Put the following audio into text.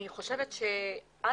אני חושבת שאת